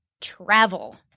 travel